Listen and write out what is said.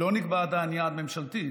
לא נקבע עדיין יעד ממשלתי.